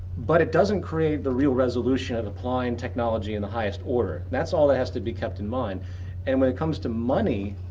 but it doesn't doesn't create the real resolution of applying technology in the highest order. that's all that has to be kept in mind and when it comes to money.